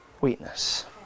weakness